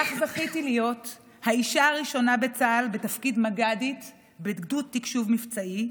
כך זכיתי להיות האישה הראשונה בצה"ל בתפקיד מג"דית בגדוד תקשוב מבצעי,